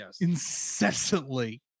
incessantly